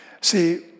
See